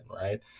right